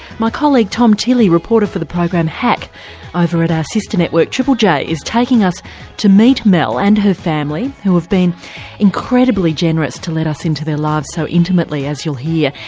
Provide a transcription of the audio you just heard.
my colleague, tom tilley, reporter for the program hack over at our sister network triple j is taking us to meet mel and her family, who have been incredibly generous to let us into their lives so intimately, as you'll hear.